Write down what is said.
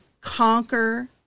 conquer